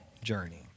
journey